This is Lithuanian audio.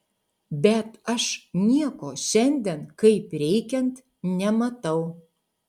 bet aš nieko šiandien kaip reikiant nematau